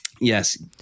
yes